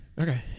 Okay